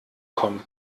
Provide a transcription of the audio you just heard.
kommen